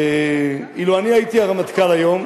אילו אני הייתי הרמטכ"ל היום,